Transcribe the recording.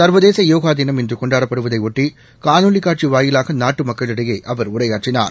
ச்வதேச யோகா தினம் இன்று கொண்டாடப்படுவதையொட்டி காணொலி காட்சி வாயிலாக நாட்டு மக்களிடையே அவர் உரையாற்றினார்